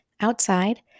Outside